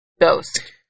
ghost